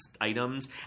items